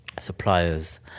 suppliers